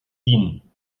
wien